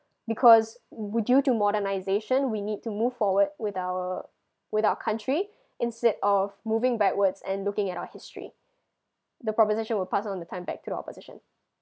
because w~ due to modernization we need to move forward with our with our country instead of moving back wards and looking at our history the proposition would pass on the time back to the opposition